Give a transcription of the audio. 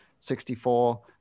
$64